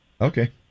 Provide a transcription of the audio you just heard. okay